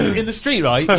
in the street, right?